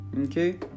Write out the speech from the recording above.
Okay